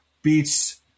beats